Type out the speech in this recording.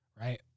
right